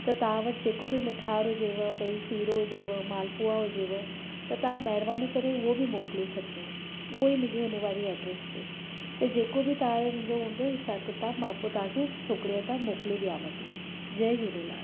त तव्हां वटि जेको बि मिठाण हुजेव भई सीरो हुजेव मालपुआ हुजेव त तव्हां महिरबानी करे उहो बि मोकिले छॾिजो उहो ई मुंहिंजी हुन वारी एड्रेस ते त जेको बि तव्हांजो मुंहिंजो हूंदो हिसाबु किताबु मां पो तव्हांखे छोकिरे हथां मोकिले ॾियांव थी जय झूलेलाल